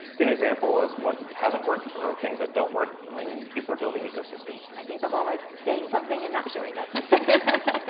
give an example of what hasn't worked or things that don't work when people are building ecosystems. i think the whole like saying something and not showing up,